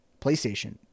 playstation